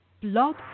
Blog